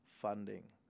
funding